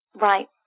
Right